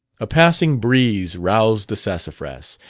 a passing breeze roused the sassafras.